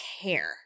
care